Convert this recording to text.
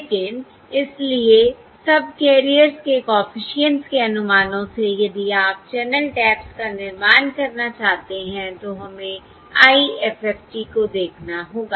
लेकिन इसलिए सबकैरियर्स के कॉफिशिएंट्स के अनुमानों से यदि आप चैनल टैप्स का निर्माण करना चाहते हैं तो हमें IFFT को देखना होगा